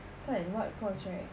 kan what course right